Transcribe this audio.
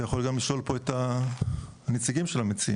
אתה יכול גם לשאול פה את הנציגים של המציעים.